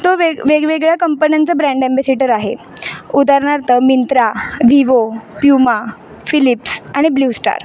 तो वेग् वेगवेगळ्या कंपन्यांचा ब्रँड एम्बॅसिटर आहे उदारणार्थ मिंत्रा विवो प्युमा फिलिप्स आणि ब्ल्यू स्टार